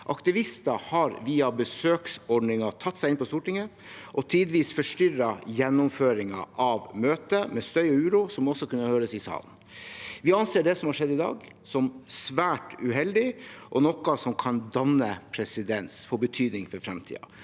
Aktivister har via besøksordningen tatt seg inn på Stortinget og tidvis forstyrret gjennomføringen av møtet med støy og uro som også kunne høres i salen. Vi anser det som har skjedd i dag, som svært uheldig og noe som kan danne presedens og få betydning for fremtiden.